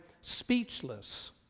speechless